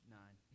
nine